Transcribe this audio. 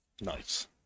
nice